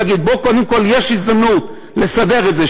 גם ההיגיון שלכם צריך לבוא ולהגיד: יש הזדמנות לסדר את זה,